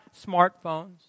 smartphones